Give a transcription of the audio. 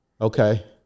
Okay